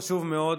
חשוב מאוד.